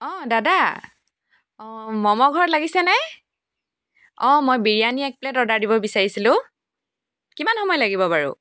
অঁ দাদা অঁ মমো ঘৰত লাগিছেনে অঁ মই বিৰিয়ানী এক প্লেট অৰ্ডাৰ দিব বিচাৰিছিলোঁ কিমান সময় লাগিব বাৰু